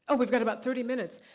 ah we've got about thirty minutes.